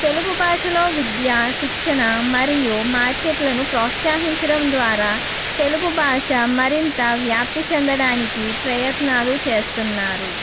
తెలుగు భాషలో విద్యా శిక్షణ మరియు మార్కెట్లను ప్రోత్సహించడం ద్వారా తెలుగు భాష మరింత వ్యాప్తి చెందడానికి ప్రయత్నాలు చేస్తున్నారు